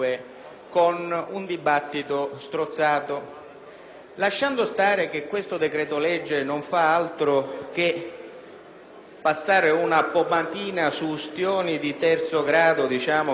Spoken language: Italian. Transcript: Tralasciando il fatto che questo decreto-legge non fa altro che passare una pomatina sulle ustioni di terzo grado del sistema della formazione universitaria italiana